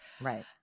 right